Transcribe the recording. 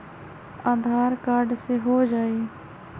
आधार card से हो जाइ?